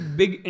big